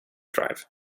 drive